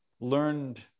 learned